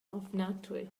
ofnadwy